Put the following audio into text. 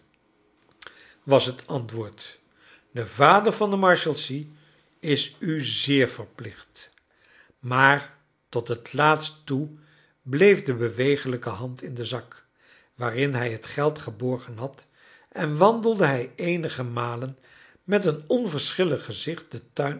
was het antwoord de vader van de marshalsea is u zeer verplicht maar tot het laatst toe bleef de beweeglijke hand in den zak waarin hij het geld geborgen had en wandelde hij eenige malen met een onverschillig gezicht den tuin